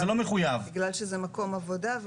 זה לא מחויב בגלל שזה מקום עבודה.